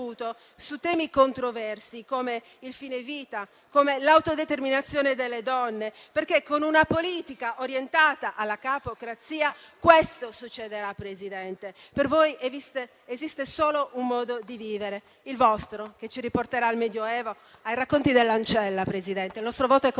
su temi controversi come il fine vita, come l'autodeterminazione delle donne. Con una politica orientata alla "capocrazia", questo succederà, signor Presidente: per voi esiste solo un modo di vivere, il vostro, che ci riporterà al Medioevo e ai racconti dell'ancella. Signor Presidente, il nostro voto è contrario.